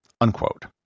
Unquote